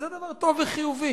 זה דבר טוב וחיובי.